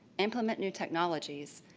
implement new technologies,